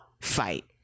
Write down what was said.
fight